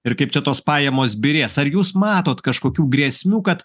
ir kaip čia tos pajamos byrės ar jūs matot kažkokių grėsmių kad